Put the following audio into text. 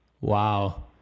Wow